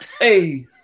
hey